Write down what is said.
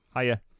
hiya